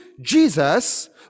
Jesus